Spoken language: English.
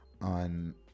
on